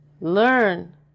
learn